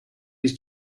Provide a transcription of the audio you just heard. his